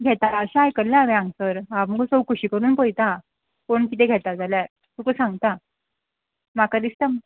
घेता अशें आयकल्लें हांवें हांगसर हांव मुगो चवकशी करून पळयता कोण किदें घेता जाल्यार तुका सांगता म्हाका दिसता